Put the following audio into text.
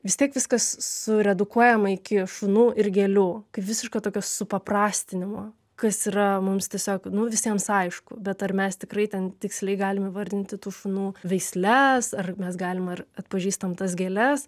vis tiek viskas suredukuojama iki šunų ir gėlių kaip visiška tokio suprastinimo kas yra mums tiesiog nu visiems aišku bet ar mes tikrai ten tiksliai galim įvardinti tų šunų veisles ar mes galim ar atpažįstam tas gėles